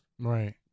right